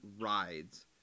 rides